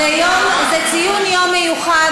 זה ציון יום מיוחד,